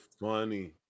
funny